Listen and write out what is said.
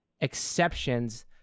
exceptions